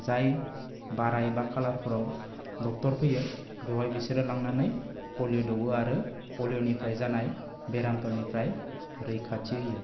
जाय बाराय एबा खालारफोराव डक्टर फैयो बेवहाय बिसोरो लांनानै पलिय' दौवो आरो पलिय' निफ्राय जानाय बेरामफोरनिफ्राय रैखाथि होयो